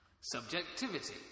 Subjectivity